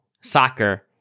soccer